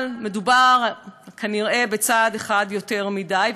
אבל מדובר כנראה בצעד אחד יותר מדי,